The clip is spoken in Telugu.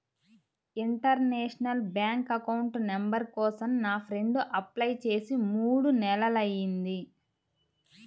ఇంటర్నేషనల్ బ్యాంక్ అకౌంట్ నంబర్ కోసం నా ఫ్రెండు అప్లై చేసి మూడు నెలలయ్యింది